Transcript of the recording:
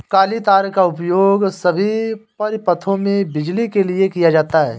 काली तार का उपयोग सभी परिपथों में बिजली के लिए किया जाता है